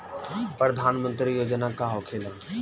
प्रधानमंत्री योजना का होखेला?